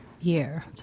year